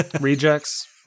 Rejects